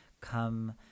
come